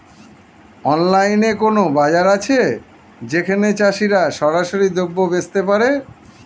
অনলাইনে কোনো বাজার আছে যেখানে চাষিরা সরাসরি দ্রব্য বেচতে পারে?